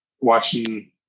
watching